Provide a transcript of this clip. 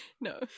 No